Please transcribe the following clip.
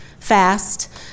Fast